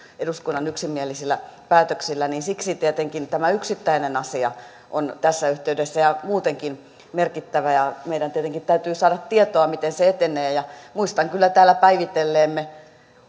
eduskunnan yksimielisillä päätöksillä niin siksi tietenkin tämä yksittäinen asia on tässä yhteydessä ja muutenkin merkittävä ja meidän tietenkin täytyy saada tietoa miten se etenee muistan kyllä täällä päivitelleemme